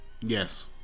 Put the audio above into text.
Yes